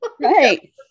Right